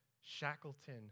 shackleton